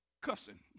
cussing